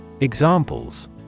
Examples